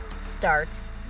starts